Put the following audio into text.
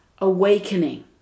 awakening